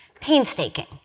painstaking